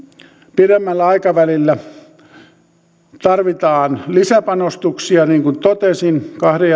pidemmällä aikavälillä tarvitaan lisäpanostuksia niin kuin totesin kahden